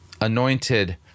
anointed